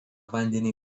vandenį